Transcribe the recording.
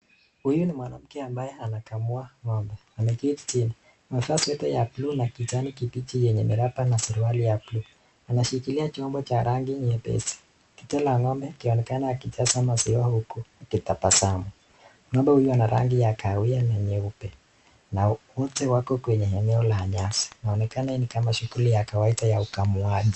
Huyu ni mwanamke ambaye anakamua ng'ombe, ameketi chini. Amevalia sweta ya buluu na kijani kibichi yenye mirapa na suruali ya buluu. Anashikilia chombo cha rangi nyepesi, titi la ng'ombe ikionekana akijaza maziwa huku akitabasamu. Ng'ombe huyu ni wa rangi ya kahawia na nyeupe, na wote wako kwenye eneo la nyasi. Inaonekana hii ni kama shughuli ya kawaida ya ukamuaji.